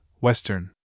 Western